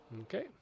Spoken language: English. Okay